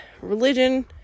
religion